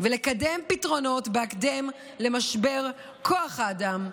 ולקדם פתרונות בהקדם למשבר כוח האדם.